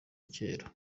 kera